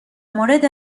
مورد